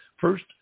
first